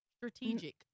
strategic